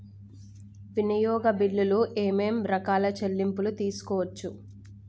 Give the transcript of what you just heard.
వినియోగ బిల్లులు ఏమేం రకాల చెల్లింపులు తీసుకోవచ్చు?